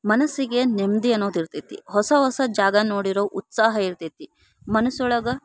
ಮನಸ್ಸಿಗೆ ನೆಮ್ಮದಿ ಅನೋದು ಇರ್ತೆತಿ ಹೊಸ ಹೊಸ ಜಾಗ ನೋಡಿರೊ ಉತ್ಸಾಹ ಇರ್ತೆತಿ ಮನಸ್ಸೊಳಗ